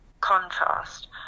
contrast